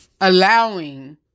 allowing